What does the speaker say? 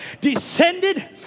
descended